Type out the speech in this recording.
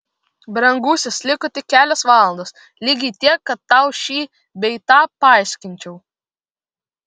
brangusis liko tik kelios valandos lygiai tiek kad tau šį bei tą paaiškinčiau